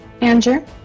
Andrew